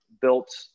built